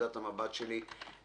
מנקודת המבט שלי.